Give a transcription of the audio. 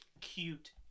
cute